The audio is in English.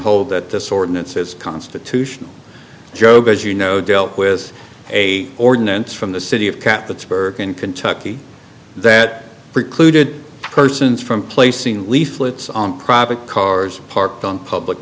hold that this ordinance is constitutional job as you know dealt with a ordinance from the city of cats burke in kentucky that precluded persons from placing leaflets on private cars parked on public